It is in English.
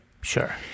Sure